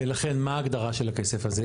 ולכן מה ההגדרה של הכסף הזה?